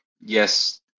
yes